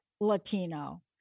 Latino